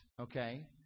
okay